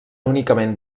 únicament